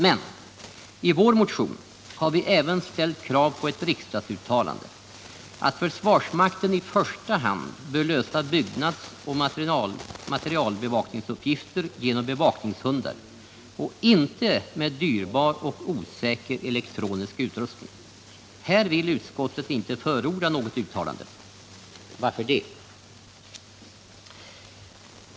Men i vår motion har vi även ställt krav på ett riksdagsuttalande att försvarsmakten i första hand bör lösa byggnadsoch materialbevakningsuppgifter genom bevakningshundar och inte med dyrbar och osäker elektronisk utrustning. Därvidlag vill utskottet inte förorda något uttalande. Varför det?